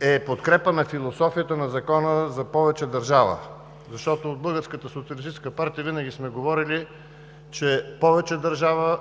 е подкрепа на философията на Закона за повече държава. Защото Българската социалистическа партия винаги сме говорили, че повече държава